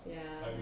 ya